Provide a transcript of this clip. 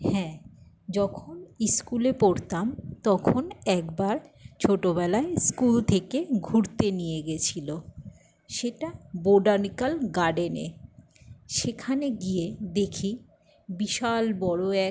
হ্যাঁ যখন স্কুলে পড়তাম তখন একবার ছোটবেলায় স্কুল থেকে ঘুরতে নিয়ে গিয়েছিল সেটা বটানিকাল গার্ডেনে সেখানে গিয়ে দেখি বিশাল বড় এক